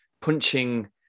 punching